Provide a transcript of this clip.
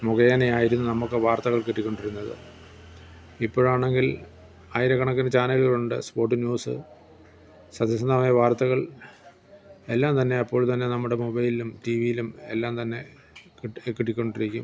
മുഖേനയായിരുന്നു നമുക്ക് വാർത്തകൾ കിട്ടിക്കൊണ്ടിരുന്നത് ഇപ്പഴാണെങ്കിൽ ആയിരക്കണക്കിന് ചാനലുകളുണ്ട് സ്പോട്ട് ന്യൂസ് സജഷനാണേൽ വാർത്തകൾ എല്ലാം തന്നെ അപ്പോൾ തന്നെ നമ്മുടെ മൊബൈലിലും ടിവിയിലും എല്ലാം തന്നെ കിട്ട് കിട്ടിക്കൊണ്ടിരിക്കും